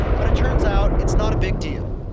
but it turns out it's not a big deal.